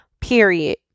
Period